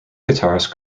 guitarist